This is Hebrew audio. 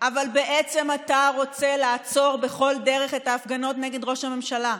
אבל בעצם אתה רוצה לעצור בכל דרך את ההפגנות נגד ראש הממשלה,